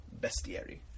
bestiary